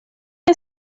ese